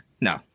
no